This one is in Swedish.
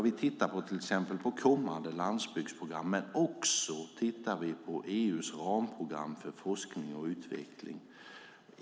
Vi tittar till exempel på kommande landsbygdsprogram men också på EU:s ramprogram för forskning och utveckling.